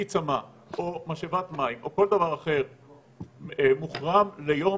כלי צמ"ה או משאבת מים או כל דבר אחר מוחרם ליום